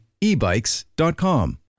ebikes.com